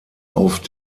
auf